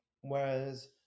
Whereas